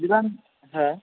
बिदिबा हा